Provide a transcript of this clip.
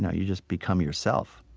yeah you just become yourself.